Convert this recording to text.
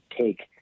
take